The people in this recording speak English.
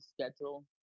schedule